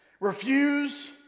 Refuse